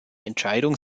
entscheidung